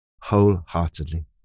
wholeheartedly